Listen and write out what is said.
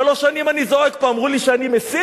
שלוש שנים אני זועק פה, אמרו לי שאני מסית: